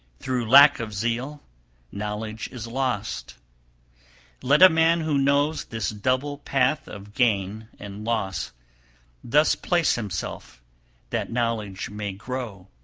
through lack of zeal knowledge is lost let a man who knows this double path of gain and loss thus place himself that knowledge may grow.